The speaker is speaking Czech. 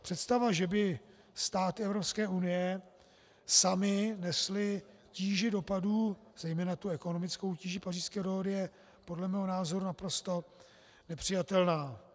Představa, že by státy Evropské unie samy nesly tíži dopadů, zejména tu ekonomickou tíži Pařížské dohody, je podle mého názoru naprosto nepřijatelná.